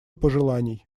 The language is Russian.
пожеланий